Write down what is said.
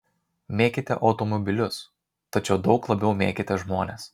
mėkite automobilius tačiau daug labiau mėkite žmones